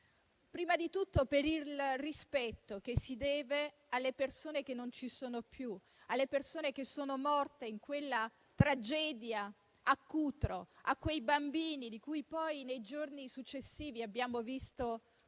Prima di tutto, per il rispetto che si deve alle persone che non ci sono più e che sono morte nella tragedia di Cutro e ai bambini di cui poi nei giorni successivi abbiamo visto le